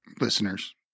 listeners